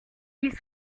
ils